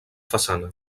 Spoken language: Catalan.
façana